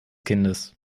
kindes